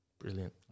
Brilliant